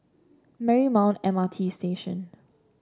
Marymount M R T Station